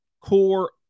core